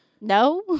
No